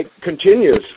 continues